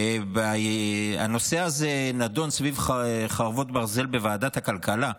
שהנושא הזה נדון סביב חרבות ברזל בוועדת הכלכלה,